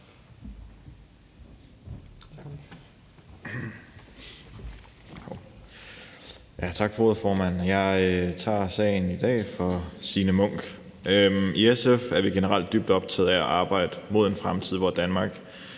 Tak for ordet. Jeg tager sagen i dag for Signe Munk. I SF er vi generelt dybt optaget af at arbejde mod en fremtid, hvor Danmark